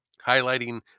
highlighting